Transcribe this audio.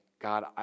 God